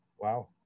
wow